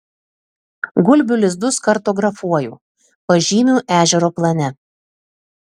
gulbių lizdus kartografuoju pažymiu ežero plane